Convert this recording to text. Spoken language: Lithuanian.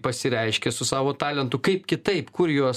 pasireiškia su savo talentu kaip kitaip kur juos